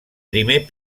primer